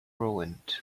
ruined